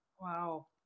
wow